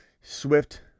Swift